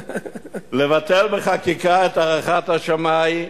לבטל בחקיקה את הערכת השמאי,